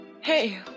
Hey